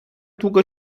długo